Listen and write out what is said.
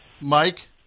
Mike